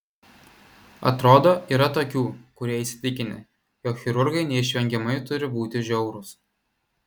atrodo yra tokių kurie įsitikinę jog chirurgai neišvengiamai turi būti žiaurūs